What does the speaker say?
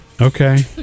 Okay